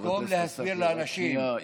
חבר הכנסת עסאקלה, רק שנייה.